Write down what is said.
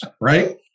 right